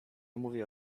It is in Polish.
mówię